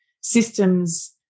systems